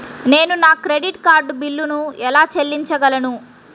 నేను నా credit card బిల్లును ఎలా చెల్లించగలను?